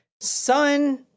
Son